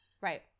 Right